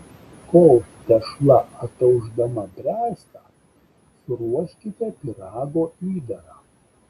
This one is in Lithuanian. kol tešla ataušdama bręsta suruoškite pyrago įdarą